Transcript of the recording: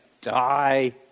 die